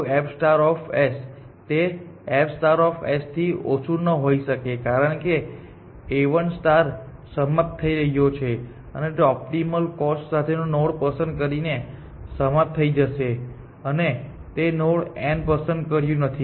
તે f થી ઓછું ન હોઈ શકે કારણ કે A1 સ્ટાર સમાપ્ત થઈ ગયો છે અને તે ઓપ્ટિમલ કોસ્ટ સાથે નોડ પસંદ કરીને સમાપ્ત થઈ જશે અને તે નોડ N પસંદ કર્યું નથી